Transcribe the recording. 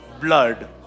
blood